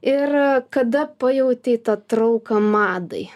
ir kada pajautei tą trauką madai